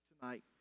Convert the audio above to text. tonight